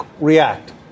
react